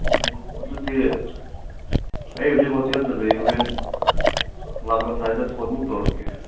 ꯑꯣ ꯑꯗꯨꯗꯤ ꯑꯩ ꯍꯧꯖꯤꯛ ꯍꯣꯇꯦꯜꯗ ꯂꯩ ꯍꯣꯔꯦꯟ ꯂꯥꯛꯂꯝꯗꯥꯏꯗ ꯐꯣꯟ ꯑꯃꯨꯛ ꯇꯧꯔꯛꯀꯦ